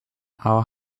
how